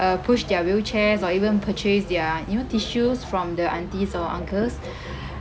uh push their wheelchairs or even purchase their you know tissues from the aunties or uncles